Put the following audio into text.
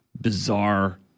bizarre